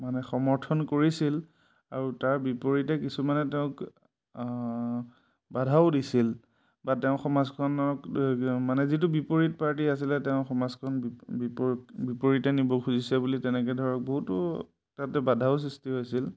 মানে সমৰ্থন কৰিছিল আৰু তাৰ বিপৰীতে কিছুমানে তেওঁক বাধাও দিছিল বা তেওঁ সমাজখনক মানে যিটো বিপৰীত পাৰ্টী আছিলে তেওঁ সমাজখন বিপৰীতে নিব খুজিছে বুলি তেনেকৈ ধৰক বহুতো তাতে বাধাও সৃষ্টি হৈছিল